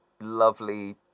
lovely